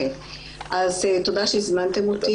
שהזמנתם אותי.